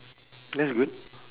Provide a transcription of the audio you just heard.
that's good